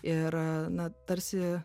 ir na tarsi